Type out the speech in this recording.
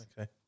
Okay